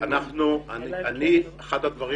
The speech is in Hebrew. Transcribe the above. אחד הדברים